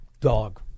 dog